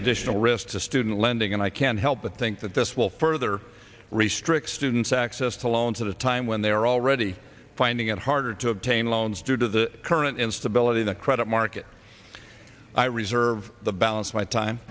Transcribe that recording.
additional risk to student lending and i can't help but think that this will further restrict students access to loans at a time when they are already finding it harder to obtain loans due to the current instability in the credit market i reserve the balance of my time